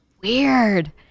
weird